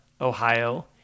Ohio